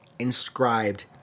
inscribed